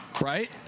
right